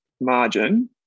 margin